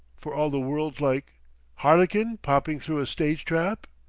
for all the world like harlequin popping through a stage trap?